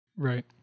Right